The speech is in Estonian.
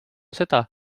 seda